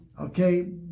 Okay